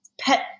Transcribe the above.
pet